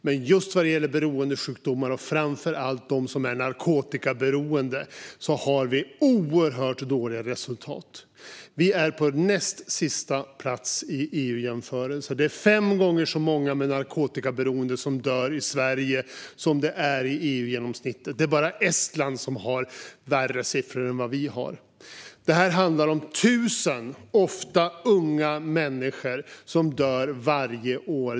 Men just vad gäller beroendesjukdomar, och framför allt när det gäller de som är narkotikaberoende, har vi oerhört dåliga resultat. Vi är på näst sista plats vid en EU-jämförelse. Det är fem gånger så många med narkotikaberoende som dör i Sverige jämfört med EU-genomsnittet. Det är bara Estland som har värre siffror än vad vi har. Detta handlar om 1 000, ofta unga, människor som dör varje år.